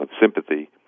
sympathy